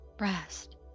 Rest